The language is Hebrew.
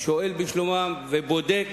הוא שואל בשלומם ובודק